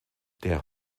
der